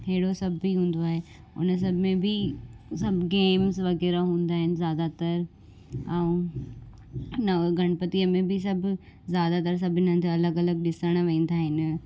अहिड़ो सभ बि हूंदो आहे उन सभ में बि सभु गेम्स वग़ैरह हूंदा आहिनि ज़ादातर ऐं नव गणपतिअ में बि सब ज़ादातर सभिनि हंधि अलॻि अलॻि ॾिसणु वेंदा आहिनि